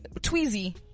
Tweezy